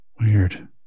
Weird